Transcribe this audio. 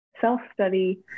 self-study